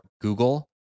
Google